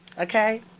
Okay